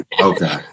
Okay